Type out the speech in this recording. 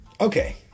okay